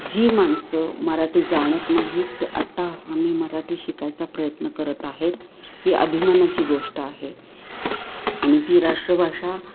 जी माणसं मराठी जाणत नाहीत ते अट्टाहासानी मराठी शिकायचा प्रयत्न करत आहेत ही अभिमानाची गोष्ट आहे आणि ती राष्ट्रभाषा